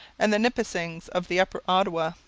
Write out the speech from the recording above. and the nipissings of the upper ottawa.